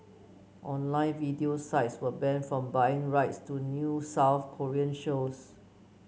online video sites were banned from buying rights to new South Korean shows